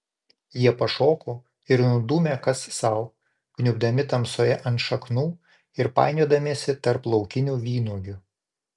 jie pašoko ir nudūmė kas sau kniubdami tamsoje ant šaknų ir painiodamiesi tarp laukinių vynuogių